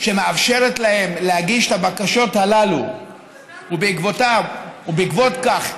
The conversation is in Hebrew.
שמאפשרת להם להגיש את הבקשות הללו ובעקבות כך,